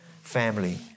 family